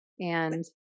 And-